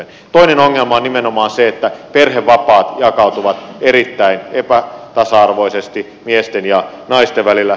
toinen ongelma on nimenomaan se että perhevapaat jakautuvat erittäin epätasa arvoisesti miesten ja naisten välillä